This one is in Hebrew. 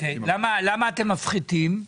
למה אתם מפחיתים?